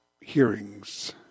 hearings